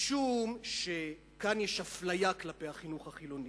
משום שכאן יש אפליה כלפי החינוך החילוני.